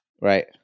right